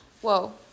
Whoa